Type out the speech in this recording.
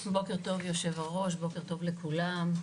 בוקר טוב, יושב-הראש, בוקר טוב לכולם.